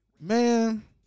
man